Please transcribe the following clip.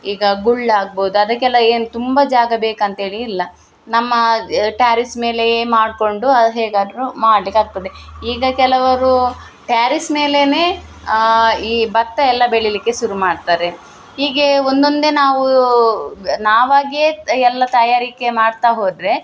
ಈಗ ಗುಳ್ಳ ಆಗ್ಬೋದು ಅದಕ್ಕೆಲ್ಲ ಏನು ತುಂಬ ಜಾಗ ಬೇಕಂತೇಳಿ ಇಲ್ಲ ನಮ್ಮ ಟೇರಿಸ್ ಮೇಲೆಯೇ ಮಾಡಿಕೊಂಡು ಹೇಗಾದ್ರು ಮಾಡ್ಲಿಕ್ಕೆ ಆಗ್ತದೆ ಈಗ ಕೆಲವರು ಟೇರಿಸ್ ಮೇಲೆನೆ ಈ ಭತ್ತ ಎಲ್ಲ ಬೆಳಿಲಿಕ್ಕೆ ಸುರು ಮಾಡ್ತಾರೆ ಹೀಗೆ ಒಂದೊಂದೇ ನಾವು ನಾವಾಗಿಯೇ ಎಲ್ಲ ತಯಾರಿಕೆ ಮಾಡ್ತ ಹೋದರೆ